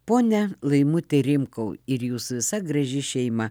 ponia laimute rimkau ir jūsų visa graži šeima